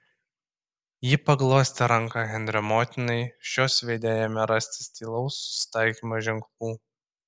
ji paglostė ranką henrio motinai šios veide ėmė rastis tylaus susitaikymo ženklų